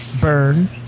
Burn